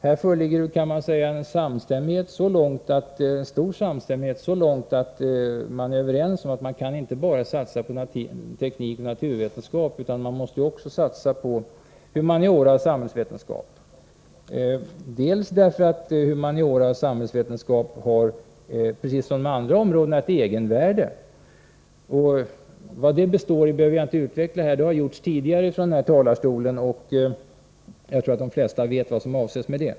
Här föreligger en stor samstämmighet så långt, att man är överens om att det inte går att satsa enbart på teknik och naturvetenskap, utan att man också måste satsa på humaniora och samhällsvetenskap, bl.a. därför att humaniora och samhällsvetenskap precis som de andra områdena har ett egenvärde. Vari detta består behöver jag inte utveckla här, eftersom det har gjorts tidigare och eftersom jag tror att de flesta känner till det.